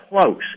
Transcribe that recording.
close